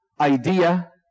idea